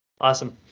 Awesome